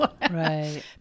Right